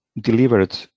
delivered